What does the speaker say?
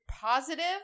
positive